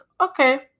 okay